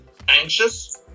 anxious